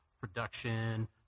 production